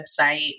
website